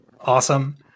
Awesome